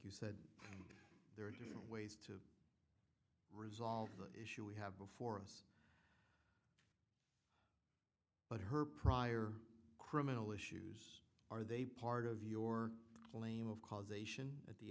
you said there are different ways to resolve the issue we have before us but her prior criminal issues are they part of your claim of causation at the